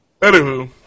Anywho